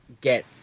get